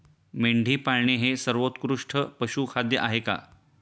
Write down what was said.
मेंढी पाळणे हे सर्वोत्कृष्ट पशुखाद्य आहे का?